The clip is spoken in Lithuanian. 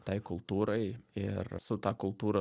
tai kultūrai ir su ta kultūra